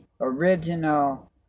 original